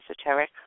esoteric